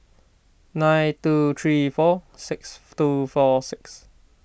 nine two three four six two four six